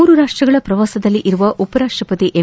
ಮೂರು ರಾಷ್ಟಗಳ ಪ್ರವಾಸದಲ್ಲಿರುವ ಉಪರಾಷ್ಟಪತಿ ಎಂ